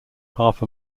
half